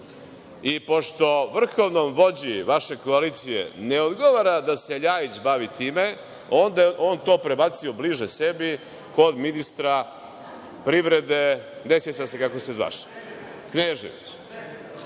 I pošto vrhovnom vođi vaše koalicije ne odgovara da se LJajić bavi time, onda je on to prebacio bliže sebi, kod ministra privrede, ne sećam se kako se zvaše.